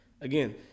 Again